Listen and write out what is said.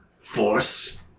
force